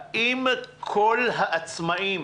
האם כל העצמאים